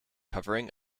covering